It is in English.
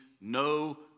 no